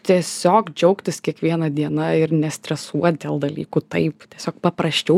tiesiog džiaugtis kiekviena diena ir nestresuot dėl dalykų taip tiesiog paprasčiau